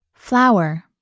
Flower